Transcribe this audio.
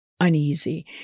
Uneasy